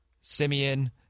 Simeon